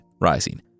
rising